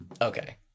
okay